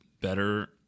better